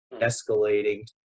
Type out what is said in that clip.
escalating